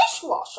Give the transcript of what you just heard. dishwasher